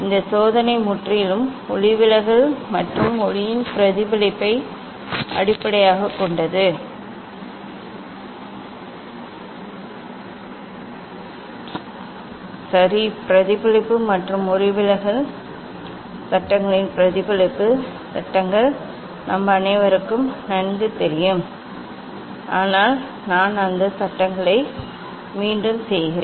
இந்த சோதனை முற்றிலும் ஒளிவிலகல் மற்றும் ஒளியின் பிரதிபலிப்பை அடிப்படையாகக் கொண்டது சரி பிரதிபலிப்பு மற்றும் ஒளிவிலகல் சட்டங்களின் பிரதிபலிப்பு சட்டங்கள் நம் அனைவருக்கும் நன்கு தெரியும் ஆனால் நான் அந்த சட்டங்களை மீண்டும் செய்கிறேன்